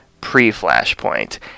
pre-flashpoint